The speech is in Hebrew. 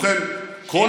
אין שלום עם הכיבוש.